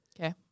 Okay